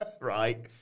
Right